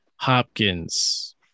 Hopkins